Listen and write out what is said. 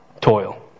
toil